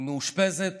היא מאושפזת